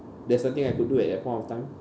there's nothing I could do at that point of time